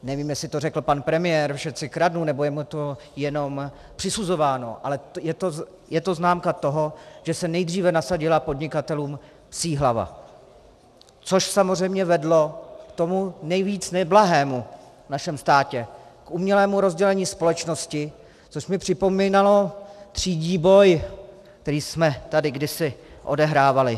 Nevím, jestli to řekl pan premiér, všetci kradnú, nebo je mu to jenom přisuzováno, ale je to známka toho, že se nejdříve nasadila podnikatelům psí hlava, což samozřejmě vedlo k tomu nejvíc neblahému v našem státě k umělému rozdělení společnosti, což mi připomínalo třídní boj, který jsme tady kdysi odehrávali.